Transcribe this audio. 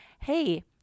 hey